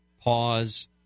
pause